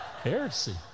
Heresy